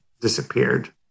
disappeared